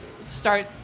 start